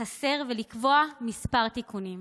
החסר ולקבוע כמה תיקונים: